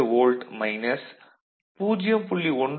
2 volt minus 0